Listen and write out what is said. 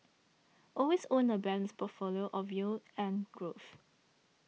always own a balanced portfolio of yield and growth